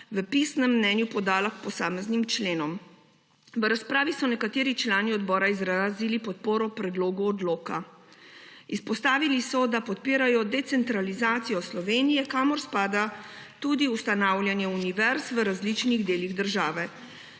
v pisnem mnenju podala k posameznim členom. V razpravi so nekateri člani odbora izrazili podporo predlogu odloka. Izpostavili so, da podpirajo decentralizacijo Slovenije, kamor spada tudi ustanavljanje univerz v različnih delih države.